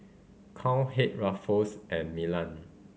Cowhead Ruffles and Milan